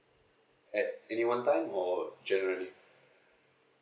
at any one time or generally